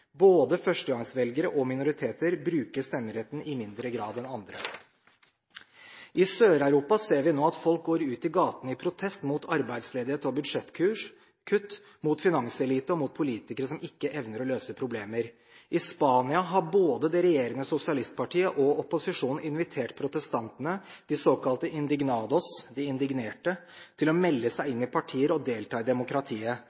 Både førstegangsvelgere og minoriteter bruker stemmeretten i mindre grad enn andre. I Sør-Europa ser vi nå at folk går ut i gatene i protest mot arbeidsledighet og budsjettkutt, mot finanselite og mot politikere som ikke evner å løse problemer. I Spania har både det regjerende sosialistpartiet og opposisjonen invitert protestantene, de såkalte «los indignados» – de indignerte – til å melde seg